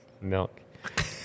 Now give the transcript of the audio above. milk